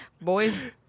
Boys